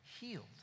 healed